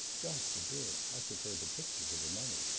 god forbid! i prefer the picture to the money.